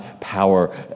power